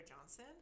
Johnson